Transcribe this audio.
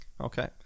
Okay